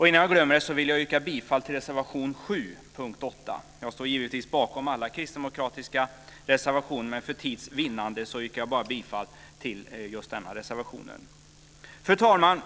Innan jag glömmer det vill jag yrka bifall till reservation 7 under punkt 8. Jag står givetvis bakom alla kristdemokratiska reservationer, men för tids vinnande yrkar jag bifall bara till denna reservation. Fru talman!